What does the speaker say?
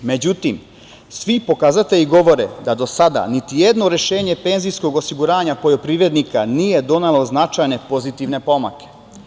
Međutim, svi pokazatelji govore da do sada niti jedno rešenje penzijskog osiguranja poljoprivrednika nije donelo značajne pozitivne pomake.